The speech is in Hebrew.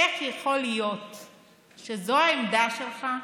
איך יכול להיות שזו העמדה שלך,